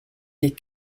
des